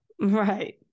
Right